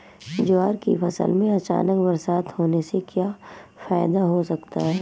ज्वार की फसल में अचानक बरसात होने से क्या फायदा हो सकता है?